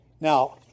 Now